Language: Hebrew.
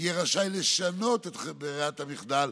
יהיה רשאי לשנות את ברירת המחדל,